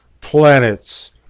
planets